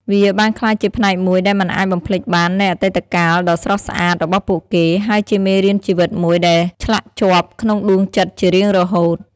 វាបានក្លាយជាផ្នែកមួយដែលមិនអាចបំភ្លេចបាននៃអតីតកាលដ៏ស្រស់ស្អាតរបស់ពួកគេ ហើយជាមេរៀនជីវិតមួយដែលឆ្លាក់ជាប់ក្នុងដួងចិត្តជារៀងរហូត។